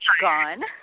gone